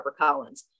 HarperCollins